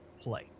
play